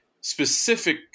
specific